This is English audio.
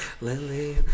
Lily